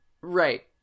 Right